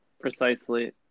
precisely